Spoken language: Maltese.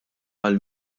għal